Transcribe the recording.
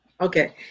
Okay